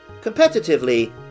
Competitively